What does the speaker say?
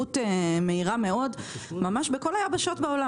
הידרדרות מהירה מאוד בכל היבשות בעולם.